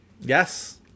Yes